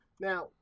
Now